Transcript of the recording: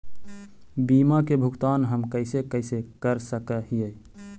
बीमा के भुगतान हम कैसे कैसे कर सक हिय?